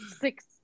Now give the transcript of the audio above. six